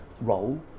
role